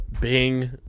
Bing